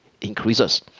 increases